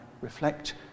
reflect